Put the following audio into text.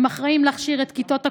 הם אחראים להכשיר את כיתות הכוננות,